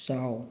ꯆꯥꯎ